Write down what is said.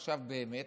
עכשיו באמת,